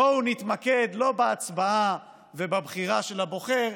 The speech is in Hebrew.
בואו נתמקד לא בהצבעה ובבחירה של הבוחר,